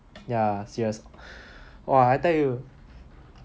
ya serious !wah! I thought you